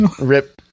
rip